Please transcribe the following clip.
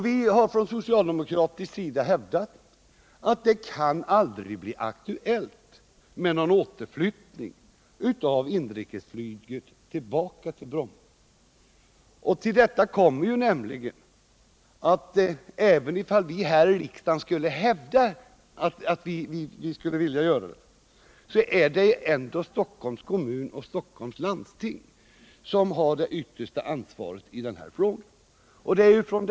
Vi har på socialdemokratisk sida hävdat att det aldrig kan bli aktuellt med någon återflyttning av inrikesflyget till Bromma. Även om vi här i riksdagen skulle hävda att vi skulle vilja att inrikesflyget flyttade tillbaka, är det nämligen ändå Stockholms kommun och Stockholms läns landsting som har det yttersta ansvaret i denna fråga.